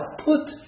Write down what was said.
put